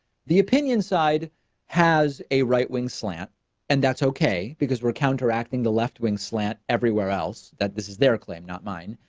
the opinion side has a right wing slant and that's okay because we're counteracting the left wing slant everywhere else that this is their claim, not mine.